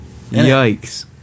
yikes